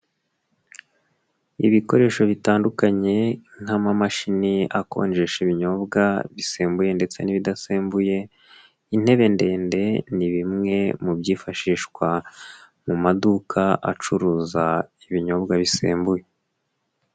Ibikoresho bitandukanye nk'amamashini akonjesha ibinyobwa bisembuye ndetse n'ibidasembuye, intebe ndende, ni bimwe mu byifashishwa mu maduka acuruza ibinyobwa bisembuye.